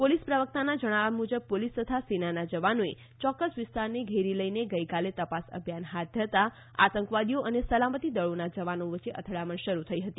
police પ્રવક્તાના જણાવ્યા મુજબ પોલીસ તથા સેનાના જવાનોએ ચોક્કસ વિસ્તારને ઘેરી લઈને ગઈકાલે તપાસ અભિયાન હાથ ધરતાં આતંકવાદીઓ અને સલામતી દળોના જવાનો વચ્ચે અથડામણ શરૂ થઈ હતી